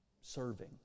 serving